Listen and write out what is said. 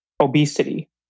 obesity